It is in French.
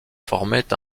formaient